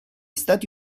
stati